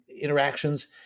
interactions